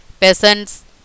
peasants